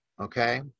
okay